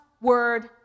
word